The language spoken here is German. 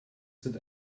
sind